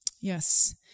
Yes